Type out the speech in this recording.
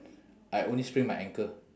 I only sprain my ankle